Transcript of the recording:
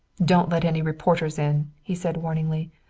don't let any reporters in, he said warningly.